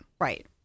Right